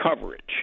coverage